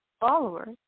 followers